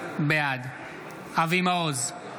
בעד אבי מעוז,